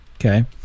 Okay